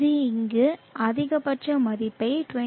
இது இங்கு அதிகபட்ச மதிப்பை 23